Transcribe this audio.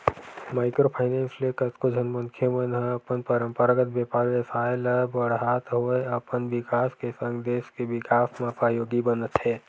micro finance ले कतको झन मनखे मन ह अपन पंरपरागत बेपार बेवसाय ल बड़हात होय अपन बिकास के संग देस के बिकास म सहयोगी बनत हे